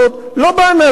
לא בהנהלתי,